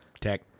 Tech